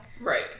Right